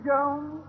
Jones